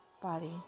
body